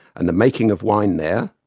and the making of wine there',